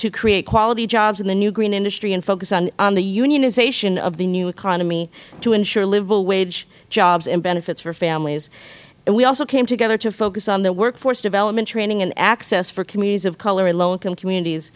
to create quality jobs in the new green industry and focus on the unionization of the new economy to ensure livable wage jobs and benefits for families and we also came together to focus on the workforce development training and access for communities of color in low income communities